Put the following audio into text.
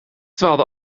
dwaalde